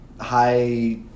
high